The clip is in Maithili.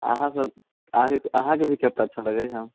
अहाँ सभ अहाँकेँ अहाँकेँ भी कविता अच्छा लगैया